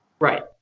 Right